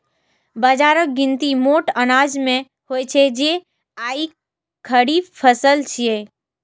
बाजराक गिनती मोट अनाज मे होइ छै आ ई खरीफ फसल छियै